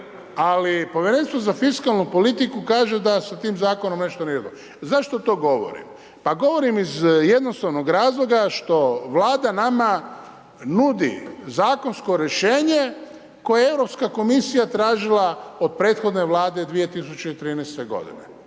ali povjerenstvo za fiskalnu politiku kaže da sa tim zakonom nešto nije dobro. Zašto to govorim? Pa govorim iz jednostavnog razloga što Vlada nama nudi zakonsko rješenje koje europska komisija tražila od prethodne vlade 2013. godine